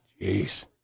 Jeez